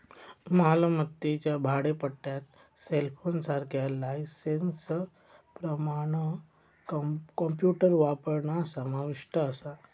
मालमत्तेच्या भाडेपट्ट्यात सेलफोनसारख्या लायसेंसप्रमाण कॉम्प्युटर वापरणा समाविष्ट असा